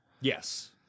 Yes